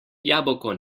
jabolko